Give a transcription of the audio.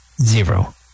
zero